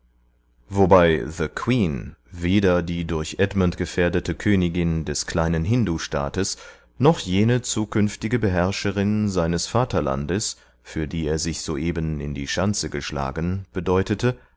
wobei the queen weder die durch edmund gefährdete königin des kleinen hindustaates noch jene zukünftige beherrscherin seines vaterlandes für die er sich soeben in die schanze geschlagen bedeutete